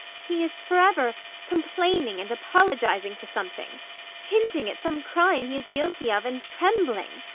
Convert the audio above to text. he is forever complaining and apologising for something hinting at some crime he is guilty of, and trembling.